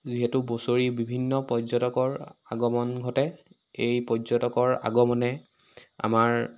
যিহেতু বছৰি বিভিন্ন পৰ্যটকৰ আগমন ঘটে এই পৰ্যটকৰ আগমনে আমাৰ